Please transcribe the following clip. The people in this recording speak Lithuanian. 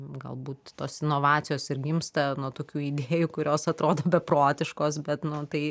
galbūt tos inovacijos ir gimsta nuo tokių idėjų kurios atrodo beprotiškos bet nu tai